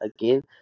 again